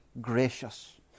gracious